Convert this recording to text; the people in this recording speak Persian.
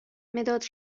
مداد